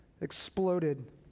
exploded